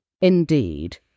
Indeed